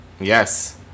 Yes